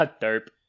Dope